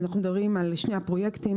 אנחנו מדברים על שני הפרויקטים,